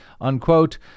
unquote